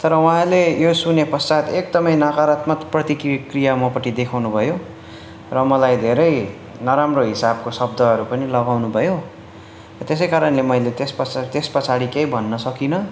तर उहाँले यो सुनेपश्चात एकदमै नकारात्मक प्रतिक्रिया मप्रति देखाउनुभयो र मलाई धेरै नराम्रो हिसाबको शब्दहरू पनि लगाउनु भयो त्यसै कारणले मैले त्यसपश्चात त्यस पछाडि केही भन्न सकिनँ